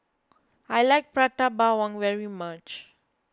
I like Prata Bawang very much